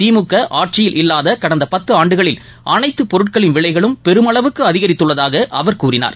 திமுக ஆட்சியில் இல்லாத கடந்த பத்தாண்டுகளில் அளைத்து பொருட்களின் விலைகளும் பெருமளவுக்கு அதிகரித்துள்ளதாக அவர் கூறினார்